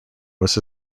was